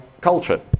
culture